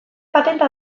patenta